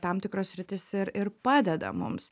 tam tikros sritys ir ir padeda mums